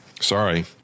Sorry